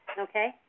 Okay